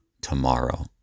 tomorrow